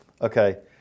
okay